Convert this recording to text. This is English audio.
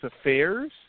Affairs